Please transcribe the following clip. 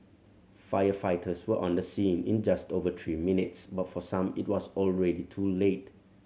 firefighters were on the scene in just over three minutes but for some it was already too late